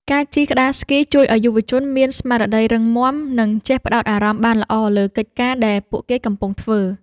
ការជិះក្ដារស្គីជួយឱ្យយុវជនមានស្មារតីរឹងមាំ និងចេះផ្ដោតអារម្មណ៍បានល្អលើកិច្ចការងារដែលពួកគេកំពុងធ្វើ។